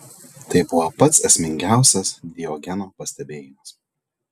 tai buvo pats esmingiausias diogeno pastebėjimas